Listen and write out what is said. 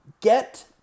get